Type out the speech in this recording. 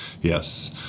Yes